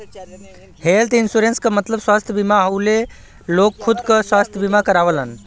health insurance क मतलब स्वस्थ बीमा हउवे लोग खुद क स्वस्थ बीमा करावलन